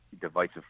divisive